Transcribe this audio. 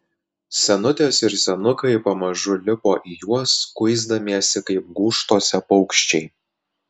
senutės ir senukai pamažu lipo į juos kuisdamiesi kaip gūžtose paukščiai